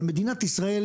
אבל מדינת ישראל,